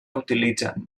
utilitzen